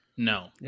No